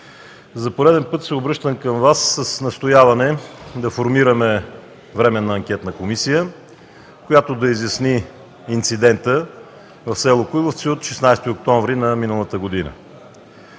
За пореден път се обръщам към Вас с настояване да формираме Временна анкетна комисия, която да изясни инцидента в село Коиловци от 16 октомври на миналата година.